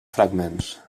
fragments